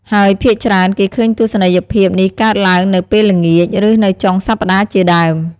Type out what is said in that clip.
ហើយភាគច្រើន គេឃ់ើញទស្សនីយភាពនេះកើតឡើងនៅពេលល្ងាច ឬ នៅចុងសប្ដាហ៍ជាដើម។